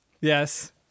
Yes